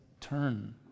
turn